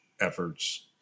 efforts